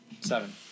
Seven